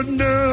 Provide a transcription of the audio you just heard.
no